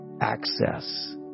Access